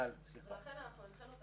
ולכן אנחנו הנחינו את